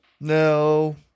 No